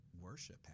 worship